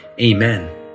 Amen